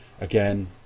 again